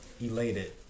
Elated